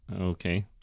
Okay